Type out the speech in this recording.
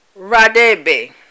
Radebe